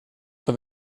for